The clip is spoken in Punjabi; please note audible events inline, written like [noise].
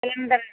[unintelligible]